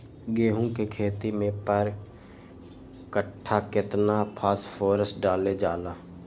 गेंहू के खेती में पर कट्ठा केतना फास्फोरस डाले जाला?